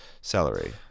celery